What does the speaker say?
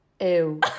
ew